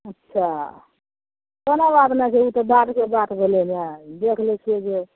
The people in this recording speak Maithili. अच्छा कोनो बात नहि ई तऽ बादके बात भेल ने देखि लै छियै जे